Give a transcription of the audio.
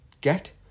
get